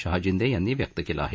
शहाजिंदे यांनी व्यक्त केलं आहे